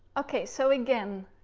okay, so again,